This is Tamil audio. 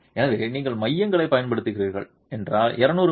எனவே நீங்கள் மையங்களைப் பயன்படுத்துகிறீர்கள் என்றால் 200 மி